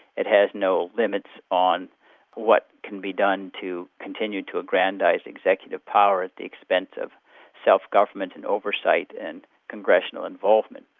it has no limits on what can be done to continue to aggrandise executive power at the expense of self-government and oversight and congressional involvement.